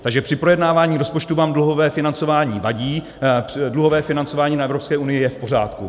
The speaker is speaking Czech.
Takže při projednávání rozpočtu vám dluhové financování vadí, dluhové financování na Evropské unii je v pořádku.